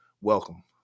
welcome